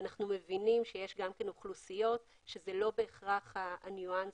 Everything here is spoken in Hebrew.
אנחנו מבינים שיש אוכלוסיות שזה לא בהכרח הניואנס